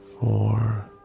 four